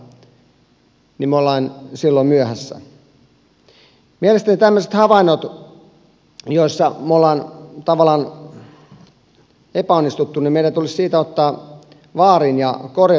mielestäni kun on havaintoja tämmöisestä missä me olemme tavallaan epäonnistuneet niin meidän tulisi niistä ottaa vaarin ja korjata se toimenpide